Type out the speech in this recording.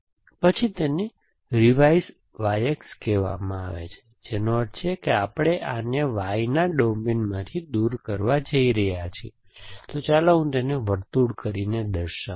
પછી તેને revise YX કહેવામાં આવે છે જેનો અર્થ છે કે આપણે આને Y ના ડોમેનમાંથી દૂર કરવા જઈ રહ્યા છીએ તો ચાલો હું તેને વર્તુળ કરી દર્શાવું